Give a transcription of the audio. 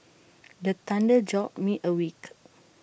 the thunder jolt me awake